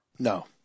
No